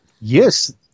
Yes